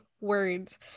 words